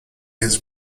his